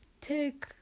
take